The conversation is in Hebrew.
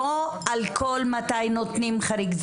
לא על כל מתי נותנים חריג.